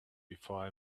before